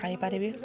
ଖାଇପାରିବି